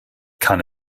kann